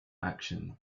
action